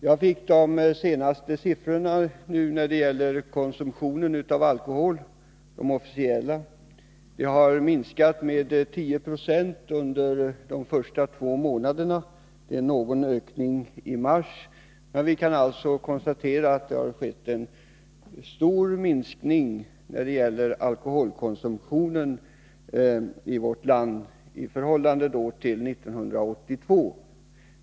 Jag har de senaste officiella siffrorna när det gäller alkoholkonsumtionen. Den har minskat med 10 96 under de två första månaderna i år, och det är en liten ökning i mars. Men vi kan alltså konstatera att det har skett en betydande minskning av alkoholkonsumtionen i vårt land i jämförelse med förhållandena 1982.